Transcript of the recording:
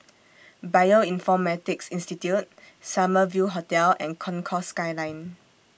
Bioinformatics Institute Summer View Hotel and Concourse Skyline